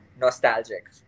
nostalgic